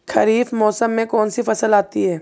खरीफ मौसम में कौनसी फसल आती हैं?